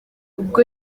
ubwo